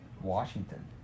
Washington